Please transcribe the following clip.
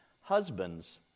husbands